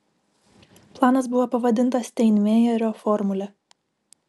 planas buvo pavadintas steinmeierio formule